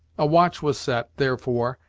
a watch was set, therefore,